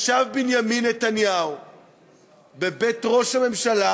ישב בנימין נתניהו בבית ראש הממשלה